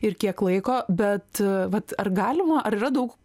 ir kiek laiko bet vat ar galima ar yra daug